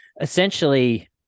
essentially